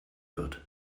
wird